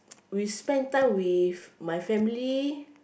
we spend time with my family